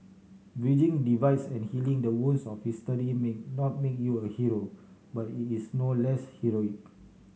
bridging divides and healing the wounds of history may not make you a Hero but it is no less heroic